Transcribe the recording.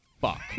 fuck